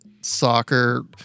soccer